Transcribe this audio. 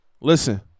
Listen